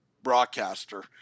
Broadcaster